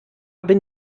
bin